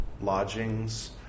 lodgings